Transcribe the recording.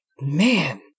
man